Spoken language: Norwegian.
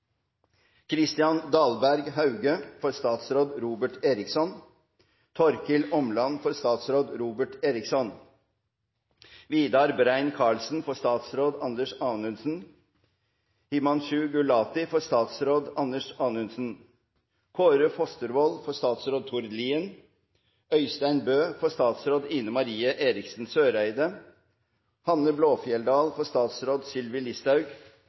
Kristian Dahlberg Hauge, for statsråd Robert Eriksson Torkil Åmland, for statsråd Robert Eriksson Vidar Brein-Karlsen, for statsråd Anders Anundsen Himanshu Gulati, for statsråd Anders Anundsen Kåre Fostervold, for statsråd Tord Lien Øystein Bø, for statsråd Ine Marie Eriksen Søreide Hanne Blåfjelldal, for statsråd Sylvi Listhaug